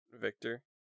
Victor